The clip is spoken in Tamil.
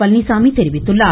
பழனிச்சாமி தெரிவித்துள்ளார்